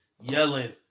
yelling